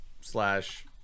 Slash